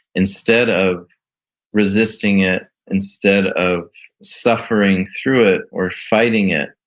instead of resisting it, instead of suffering through it or fighting it,